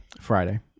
Friday